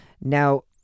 Now